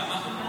למה?